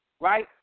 right